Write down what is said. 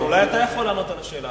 אבל אולי אתה יכול לענות על השאלה,